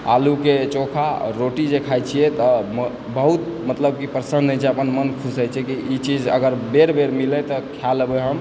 आलूके चोखा आओर रोटी जे खाइत छियै तऽ बहुत मतलब की प्रसन्न होइत छै अपन मन खुश होइत छै कि इ चीज अगर बेर बेर मिलय तऽ खा लेबय हम